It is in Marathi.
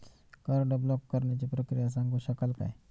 कार्ड ब्लॉक करण्याची प्रक्रिया सांगू शकाल काय?